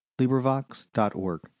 librivox.org